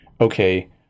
okay